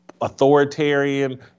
authoritarian